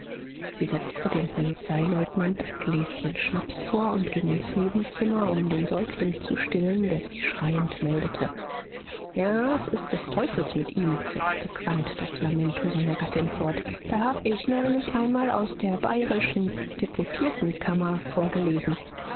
sie setzte dem polizeileutnant ein gläschen schnaps vor und ging ins nebenzimmer um den säugling zu stillen der sich schreiend meldete ja es ist des teufels mit ihm setzte quandt das lamento seiner gattin fort da hab ich neulich einmal aus der bayrischen deputiertenkammer vorgelesen